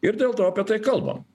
ir dėl to apie tai kalbam